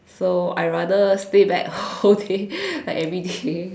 so I rather stay back whole day like everyday